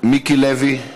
מיקי לוי,